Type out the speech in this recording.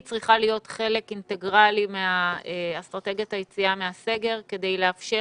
היא צריכה להיות חלק אינטגרלי מאסטרטגיית היציאה מהסגר כדי לאפשר,